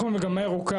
אנחנו מגמה ירוקה,